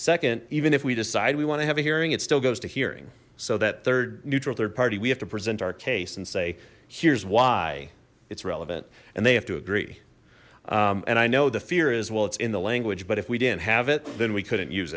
second even if we decide we want to have a hearing it still goes to hearing so that third neutral third party we have to present our case and say here's why it's relevant and they have to agree and i know the fear is well it's in the language but if we didn't have it then we couldn't use